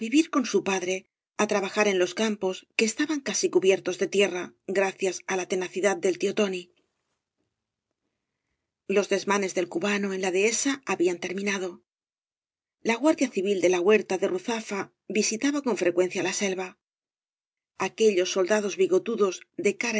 con su padre á trabajar en los campos que estaban casi cubiertos de tierra gracias á la tenacidad del tío tóni los desmanes del cubano en la dehesa habían terminado la guardia civil de la huerta de ru zafa visitaba con frecuencia la selva aquellos soldados bigotudos de